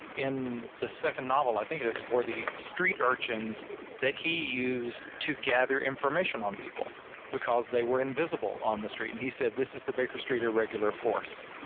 in the second novel, i think it is for the street urchins that he used to gather information on people because they were invisible on the street and he said, this is the baker street or regular force,